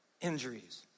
injuries